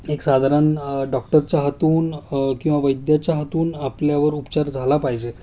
एक साधारण डॉक्टरच्या हातून किंवा वैद्याच्या हातून आपल्यावर उपचार झाला पाहिजे